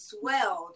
swelled